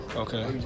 Okay